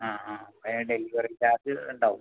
ആ ആ അപേ ഡെലിവറി ചാർജ് ഉണ്ടാവും